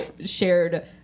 shared